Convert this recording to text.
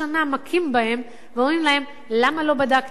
מכים בהם ואומרים להם: למה לא בדקתם?